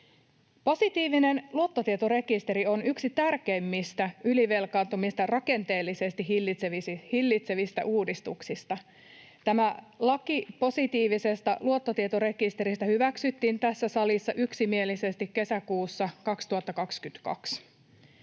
Positiivinen luottotietorekisteri on yksi tärkeimmistä ylivelkaantumista rakenteellisesti hillitsevistä uudistuksista. Tämä laki positiivisesta luottotietorekisteristä hyväksyttiin tässä salissa yksimielisesti kesäkuussa 2022.